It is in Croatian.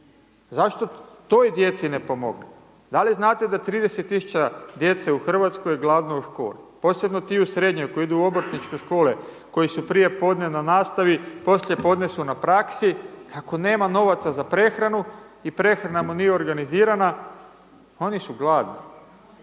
Zašto toj djeci ne pomognete? Da li znate da 30000 djece u Hrvatskoj je gladno u školi, posebno ti u srednjoj, koji idu u obrtničke škole, koji su prije podne na nastavi, poslije podne su na praksi, ako nema novaca za prehranu i prehrana mu nije organizirana, oni su gladni.